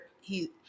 he-